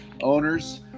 owners